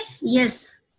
yes